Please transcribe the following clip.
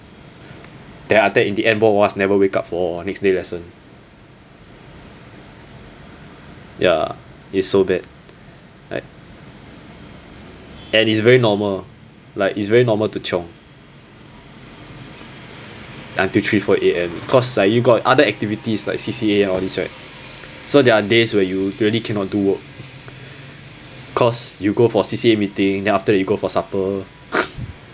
then after that in the end both of us never wake up for next day lesson ya it's so bad like and it's very normal like it's very normal to chiong until three four A_M cause like you got other activities like C_C_A all these right so there are days where you really cannot do work cause you go for C_C_A meeting then after you go for supper